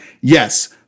yes